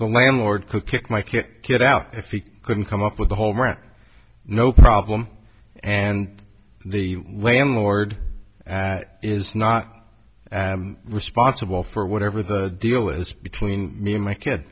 the landlord could kick my kick kid out if he couldn't come up with the whole rent no problem and the landlord is not responsible for whatever the deal is between me and my kid